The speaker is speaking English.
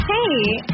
Hey